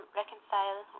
reconcile